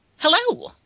Hello